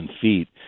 feet